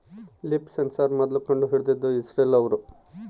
leaf sensor ಮೊದ್ಲು ಕಂಡು ಹಿಡಿದಿದ್ದು ಇಸ್ರೇಲ್ ಅವ್ರು